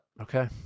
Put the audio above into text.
Okay